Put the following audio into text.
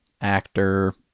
actor